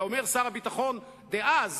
אמר שר הביטחון דאז,